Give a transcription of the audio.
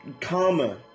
karma